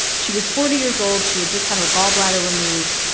she was forty years old. she had just had her gallbladder removed.